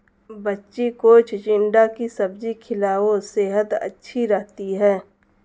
बच्ची को चिचिण्डा की सब्जी खिलाओ, सेहद अच्छी रहती है